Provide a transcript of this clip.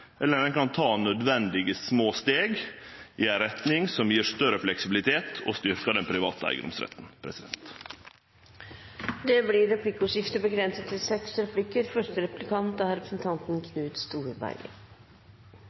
eller i skogbruket, eller ein kan ta nødvendige små steg i ei retning som gjev større fleksibilitet og styrkjer den private eigedomsretten. Det blir